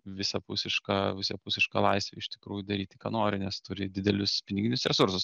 visapusišką visapusišką laisvę iš tikrųjų daryti ką nori nes turi didelius piniginius resursus